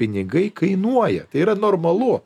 pinigai kainuoja tai yra normalu